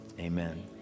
Amen